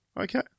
Okay